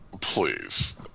please